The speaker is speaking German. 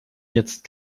jetzt